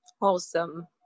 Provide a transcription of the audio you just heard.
Awesome